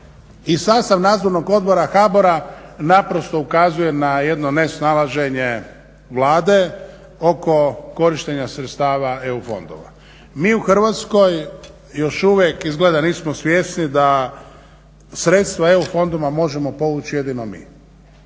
i sastav Nadzornog odbora HBOR-a naprosto ukazuje na jedno nesnalaženje Vlade oko korištenja sredstava EU fondova. Mi u Hrvatskoj još uvijek izgleda nismo svjesni da sredstva EU fondova možemo povući jedino mi,